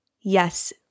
yes